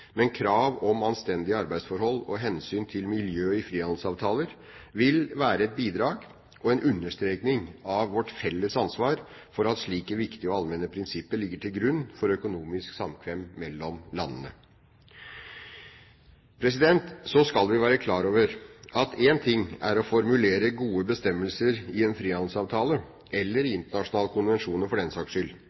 Men krav om anstendige arbeidsforhold og hensyn til miljøet i frihandelsavtaler vil være et bidrag til og en understrekning av vårt felles ansvar for at slike viktige og allmenne prinsipper ligger til grunn for økonomisk samkvem mellom landene. Så skal vi være klar over at én ting er å formulere gode bestemmelser i en frihandelsavtale, eller i internasjonale konvensjoner, for den saks skyld.